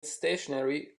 stationary